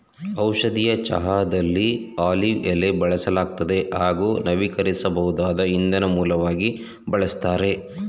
ಔಷಧೀಯ ಚಹಾದಲ್ಲಿ ಆಲಿವ್ ಎಲೆ ಬಳಸಲಾಗ್ತದೆ ಹಾಗೂ ನವೀಕರಿಸ್ಬೋದಾದ ಇಂಧನ ಮೂಲವಾಗಿ ಬಳಸ್ತಾರೆ